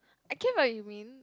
I get what you mean